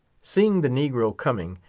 seeing the negro coming,